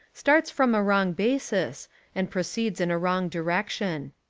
starts from a wrong basis and proceeds in a wrong direc tion.